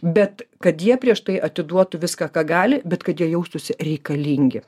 bet kad jie prieš tai atiduotų viską ką gali bet kad jie jaustųsi reikalingi